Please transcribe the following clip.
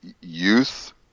youth